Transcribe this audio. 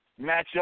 matchup